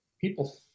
people